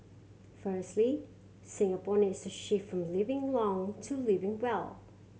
firstly Singapore needs to shift from living long to living well